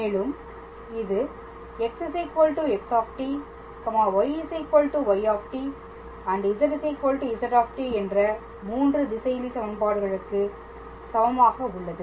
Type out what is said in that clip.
மேலும் இது x xy y and z z என்ற 3 திசையிலி சமன்பாடுகளுக்கு சமமாக உள்ளது